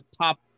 top